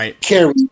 carry